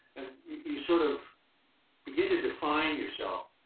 you sort of begin to define yourself